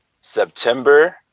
September